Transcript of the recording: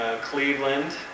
Cleveland